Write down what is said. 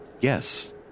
yes